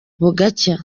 bugacya